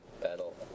battle